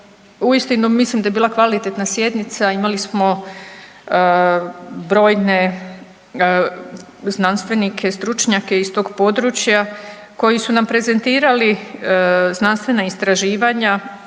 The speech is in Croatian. uistinu mislim da je bila kvalitetna sjednica, imali smo brojne znanstvenike, stručnjake iz tog područja koji su nam prezentirali znanstvena istraživanja